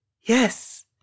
Yes